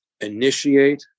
initiate